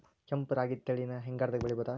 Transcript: ಕೆಂಪ ರಾಗಿ ತಳಿನ ಹಿಂಗಾರದಾಗ ಬೆಳಿಬಹುದ?